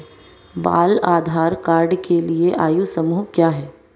बाल आधार कार्ड के लिए आयु समूह क्या है?